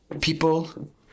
people